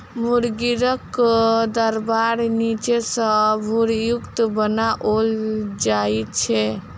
मुर्गीक दरबा नीचा सॅ भूरयुक्त बनाओल जाइत छै